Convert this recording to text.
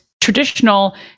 traditional